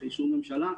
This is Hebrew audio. אישור של הממשלה,